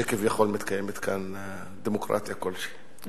שכביכול מתקיימת כאן דמוקרטיה כלשהי.